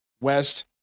west